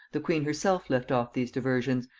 the queen herself left off these diversions,